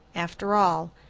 after all.